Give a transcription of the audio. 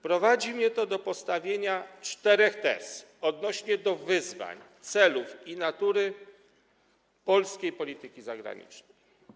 Prowadzi mnie to do postawienia czterech tez odnośnie do wyzwań, celów i natury polskiej polityki zagranicznej.